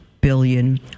billion